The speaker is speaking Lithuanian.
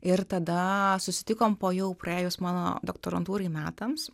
ir tada susitikom po jau praėjus mano doktorantūrai metams